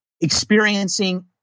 experiencing